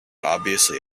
obviously